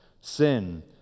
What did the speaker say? sin